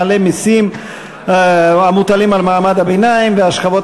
מעלה מסים המוטלים על מעמד הביניים והשכבות